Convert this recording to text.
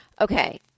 Okay